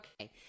Okay